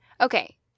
Okay